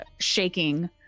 shaking